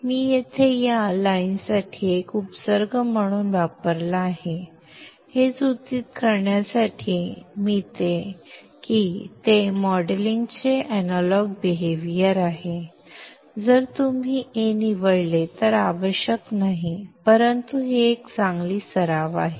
मी येथे या ओळींसाठी एक उपसर्ग म्हणून वापरला आहे हे सूचित करण्यासाठी की ते मॉडेलिंगचे अॅनालॉग वर्तन आहेत जर तुम्ही ए निवडले तर आवश्यक नाही परंतु ही एक चांगली सराव आहे